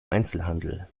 einzelhandel